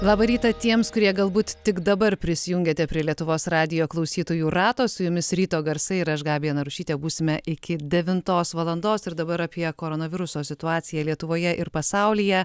labą rytą tiems kurie galbūt tik dabar prisijungiate prie lietuvos radijo klausytojų rato su jumis ryto garsai ir aš gabija narušytė būsime iki devintos valandos ir dabar apie koronaviruso situaciją lietuvoje ir pasaulyje